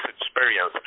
experience